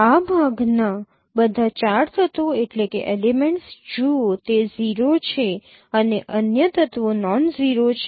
આ ભાગના બધા 4 તત્વો જુઓ તે 0 છે અને અન્ય તત્વો નોન ઝીરો છે